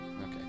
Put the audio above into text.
Okay